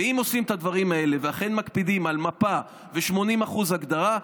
אם עושים את הדברים האלה ואכן מקפידים על מפה ו-80% הגדרה,